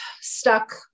stuck